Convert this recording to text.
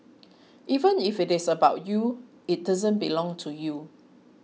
even if it is about you it doesn't belong to you